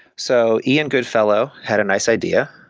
so ian goodfellow had a nice idea.